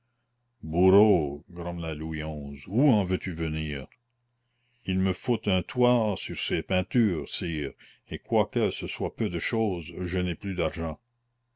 louis xi où en veux-tu venir il me faut un toit sur ces peintures sire et quoique ce soit peu de chose je n'ai plus d'argent